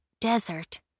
desert